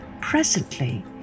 Presently